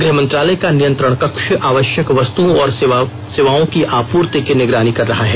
गृह मंत्रालय का नियंत्रण कक्ष आवश्यक वस्तुओं और सेवाओं की आपूर्ति को निगरानी कर रहा है